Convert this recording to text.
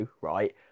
right